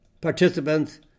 participants